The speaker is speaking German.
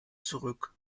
zurück